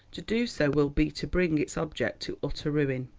to do so will be to bring its object to utter ruin.